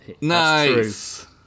Nice